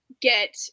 get